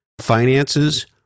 finances